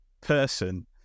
person